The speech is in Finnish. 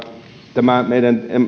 tämä meidän